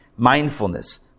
mindfulness